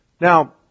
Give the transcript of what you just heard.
Now